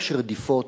יש רדיפות,